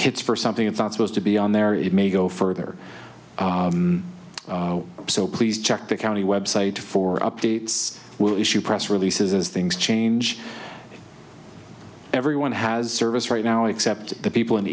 hits for something that's not supposed to be on there it may go further so please check the county website for updates will issue press releases as things change everyone has service right now except the people in the